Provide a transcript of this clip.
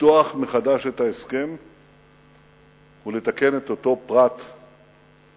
לפתוח מחדש את ההסכם ולתקן את אותו פרט שנשכח.